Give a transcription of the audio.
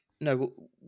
No